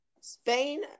Spain